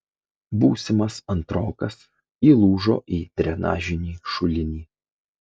būsimas antrokas įlūžo į drenažinį šulinį